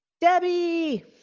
Debbie